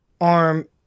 arm